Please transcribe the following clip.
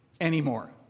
anymore